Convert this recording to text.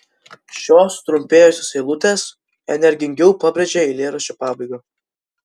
šios sutrumpėjusios eilutės energingiau pabrėžia eilėraščio pabaigą